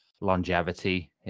longevity